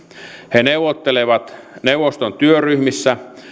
he neuvottelevat neuvoston työryhmissä